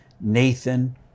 Nathan